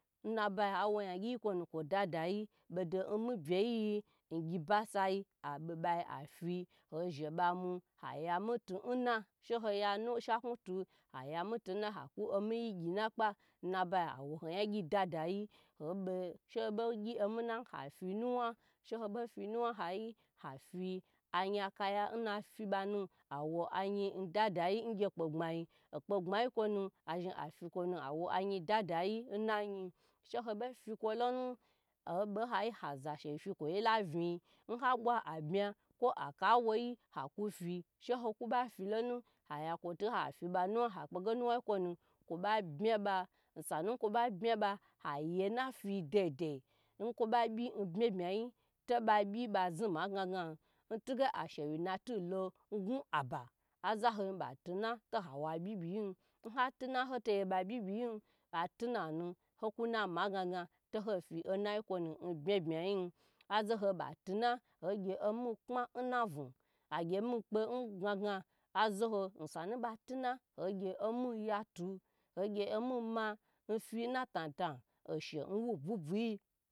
Nnabayi howa yan gyi kwo nu kwo deda yi bodo mi byeyi bodo gyibasai habe bayi hafi ho she ba ma aya miyi he na she ho ya shaku tu haku omiyi gyi na kpa nnabay, ha wo hoyagyi dadayi she ho gyi mina ha fi nuwa sheno finwa afi ayi akaya nnafi banu agy ayi dada yi ngy kpe bmayi okpe gbma kwo nu azhn afitiwo agye ayi dadayi shu ho bo fikwo lonu ho hayi ha za she we fi bala vin n habwa abma kwo akawoyi haku fi shehoku ba filonu haya kpege nuwayi kwo nu ba bma ba osanu kwo ba bma ba haye na fi dede nkwo ba byi bye bye yi to ba byi ba zno ma gna gna ntuge asheayu natu lo ngwa ba zaho zhi ba tina to hawo abyi byi yin nhatina nhoto gye ba byy byy yin hati nana hoku na ma gna gna to ho fi onayi kwo nu n bma bma yin azoho ba hna agye omi kpe ngna gna azaho osana ba tina hogye omi yatu nfina tan tan oshe nwu bwu bwui